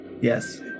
yes